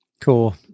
Cool